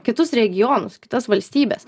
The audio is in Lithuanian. kitus regionus kitas valstybes